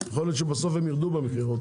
יכול להיות אפילו שהם ירדו במכירות,